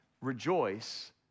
Rejoice